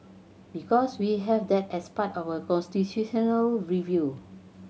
because we have that as part of constitutional review